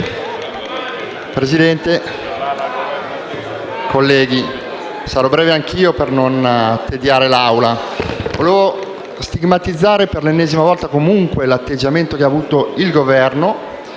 Signor Presidente, colleghi, sarò breve anch'io per non tediare l'Assemblea. Vorrei stigmatizzare per l'ennesima volta l'atteggiamento che ha mostrato il Governo